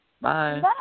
Bye